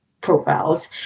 profiles